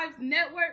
network